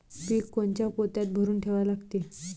पीक कोनच्या पोत्यात भरून ठेवा लागते?